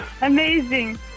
Amazing